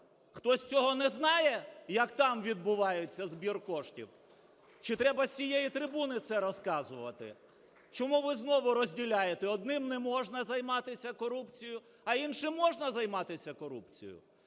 хтось цього не знає, як там відбувається збір коштів, чи треба з цієї трибуни це розказувати? Чому ви знову розділяєте: одним не можна займатися корупцією, а іншим можна займатися корупцією?